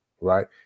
right